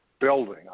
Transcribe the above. building